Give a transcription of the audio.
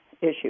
issue